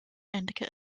endicott